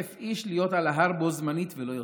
איש להיות על ההר בו-זמנית ולא יותר.